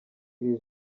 iri